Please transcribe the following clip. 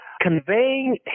conveying